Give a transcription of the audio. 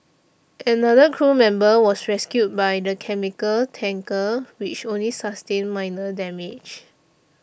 another crew member was rescued by the chemical tanker which only sustained minor damage